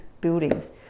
buildings